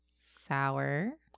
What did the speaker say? Sour